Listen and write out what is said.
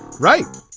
right.